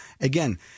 again